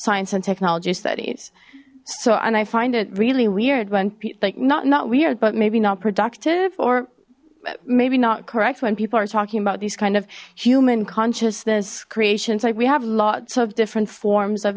science and technology studies so and i find it really weird when like not not weird but maybe not productive or maybe not correct when people are talking about these kind of human consciousness creations like we have lots of different forms of